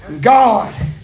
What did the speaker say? God